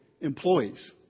employees